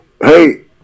Hey